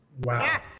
Wow